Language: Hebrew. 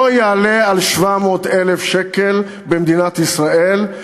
לא יעלו על 700,000 שקל במדינת ישראל,